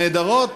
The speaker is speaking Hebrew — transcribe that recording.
נהדרות,